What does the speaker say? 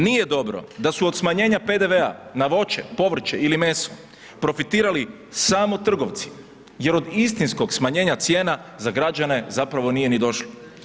Nije dobro da su od smanjenja PDV-a na voće, povrće ili meso profitirali samo trgovci jer od istinskog smanjenja cijena za građane zapravo nije ni došlo.